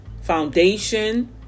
Foundation